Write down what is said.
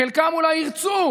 חלקם אולי ירצו.